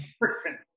person